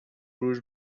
خروج